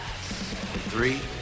Three